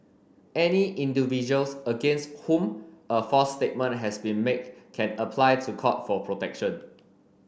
any individuals against whom a false statement has been make can apply to court for protection